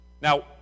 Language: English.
Now